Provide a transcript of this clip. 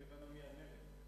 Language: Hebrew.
לא הבנו מי המלך.